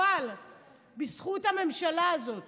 אבל בזכות הממשלה הזאת